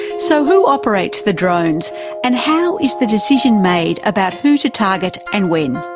so who operates the drones and how is the decision made about who to target and when?